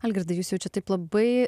algirdai jūs jau čia taip labai